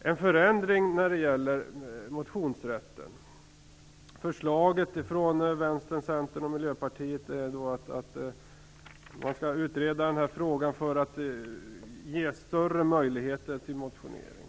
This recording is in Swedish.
en förändring när det gäller motionsrätten. Förslaget från Vänstern, Centern och Miljöpartiet innebär att man skall utreda frågan för att ge större möjligheter till motionering.